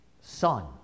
son